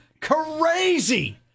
Crazy